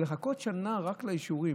אבל לחכות שנה רק לאישורים?